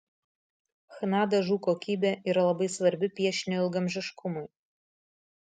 chna dažų kokybė yra labai svarbi piešinio ilgaamžiškumui